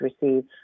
receive